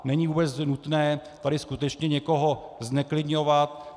Není vůbec nutné tady skutečně někoho zneklidňovat.